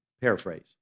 paraphrase